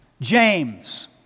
James